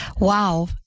Wow